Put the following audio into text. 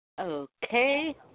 Okay